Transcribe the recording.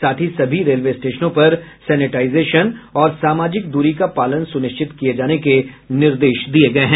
साथ ही सभी रेलवे स्टेशनों पर सेनेटाईजेशन और सामाजिक दूरी का पालन सुनिश्चित किये जाने के निर्देश दिये गये हैं